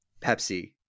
Pepsi